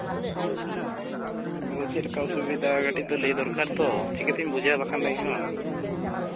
ᱟᱫᱚ ᱪᱮᱫ ᱞᱮᱠᱟ ᱚᱥᱩᱵᱤᱫᱷᱟ ᱠᱟᱹᱴᱤᱡ ᱫᱚ ᱞᱟᱹᱭ ᱫᱚᱨᱠᱟᱨᱛᱚ ᱪᱤᱠᱟᱹ ᱛᱤᱧ ᱵᱩᱡᱷᱟᱹᱣᱼᱟ ᱤᱧᱦᱚᱸ